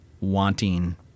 wanting